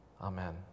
Amen